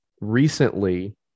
Recently